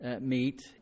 meet